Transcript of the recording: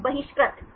छात्र बहिष्कृत